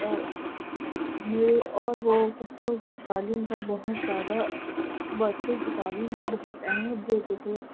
اور میرے اور وہ بچوں کی تعلیم پر بہت زیادہ بچوں کی تعلیم کو بہت اہمیت دیتے تھے